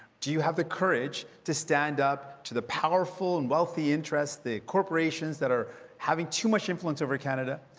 do you have the courage to stand up to the powerful and wealthy interests, the corporations that are having too much influence over canada?